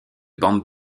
bandes